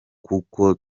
kuko